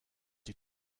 die